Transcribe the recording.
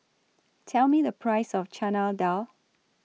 Tell Me The Price of Chana Dal